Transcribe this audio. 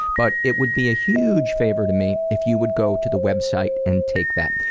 but it would be a huge favor to me if you would go to the website and take that.